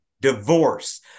divorce